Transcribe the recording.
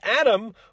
Adam